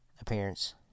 appearance